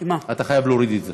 אתה חייב להוריד את זה,